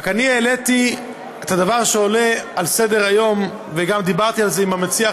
רק אני העליתי את הדבר על סדר-היום וגם דיברתי על זה עם המציע,